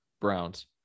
browns